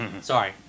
Sorry